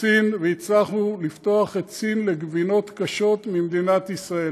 סין והצלחנו לפתוח את סין לגבינות קשות ממדינת ישראל,